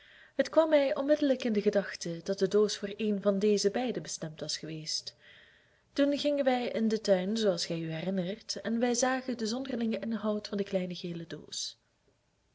het kwam mij onmiddellijk in de gedachte dat de doos voor een van deze beiden bestemd was geweest toen gingen wij in den tuin zooals gij u herinnert en wij zagen den zonderlingen inhoud van de kleine gele doos